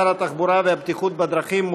שר התחבורה והבטיחות בדרכים,